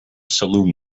saloon